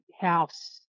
house